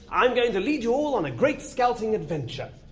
i'm going to lead you all on a great scouting adventure!